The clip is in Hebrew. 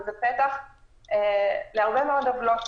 וזה פתח להרבה מאוד עוולות.